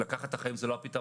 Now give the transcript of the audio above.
לקחת את החיים זה לא הפתרון.